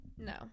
No